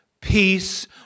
peace